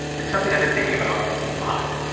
it's something i've been thinking about a lot.